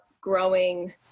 growing